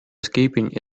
escaping